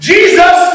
Jesus